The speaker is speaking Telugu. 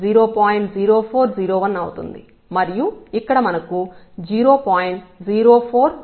0401 అవుతుంది మరియు ఇక్కడ మనకు 0